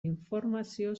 informazio